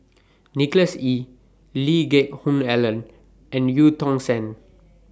Nicholas Ee Lee Geck Hoon Ellen and EU Tong Sen